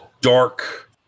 Dark